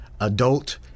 adult